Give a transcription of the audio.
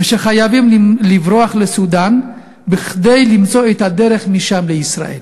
וחייבים לברוח לסודאן כדי למצוא את הדרך משם לישראל.